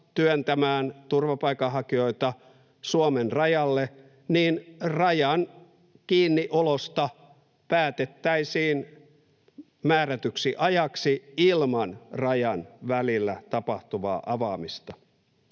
työntämään turvapaikanhakijoita Suomen rajalle, niin rajan kiinniolosta päätettäisiin määrätyksi ajaksi ilman rajan välillä tapahtuvaa avaamista?